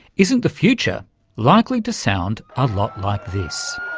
isn't the future likely to sound a lot like this?